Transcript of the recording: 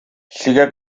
sigue